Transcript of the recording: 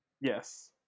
Yes